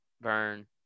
Vern